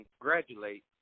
congratulate